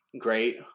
great